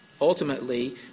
Ultimately